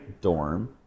dorm